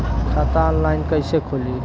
खाता ऑनलाइन कइसे खुली?